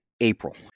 April